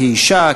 כאישה,